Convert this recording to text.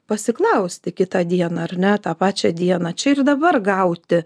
pasiklausti kitą dieną ar ne tą pačią dieną čia ir dabar gauti